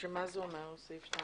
מה זה אומר סעיף 2?